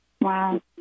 wow